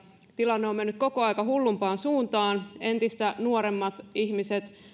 tilanne on mennyt koko ajan hullumpaan suuntaan entistä nuoremmat ihmiset